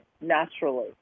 naturally